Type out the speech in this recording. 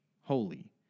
holy